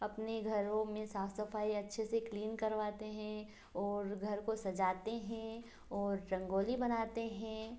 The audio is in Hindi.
अपने घरों में साफ सफाई अच्छे से क्लीन करवाते हैं और घर को सज़ाते हैं और रंगोली बनाते हैं